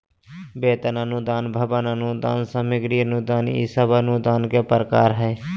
वेतन अनुदान, भवन अनुदान, सामग्री अनुदान ई सब अनुदान के प्रकार हय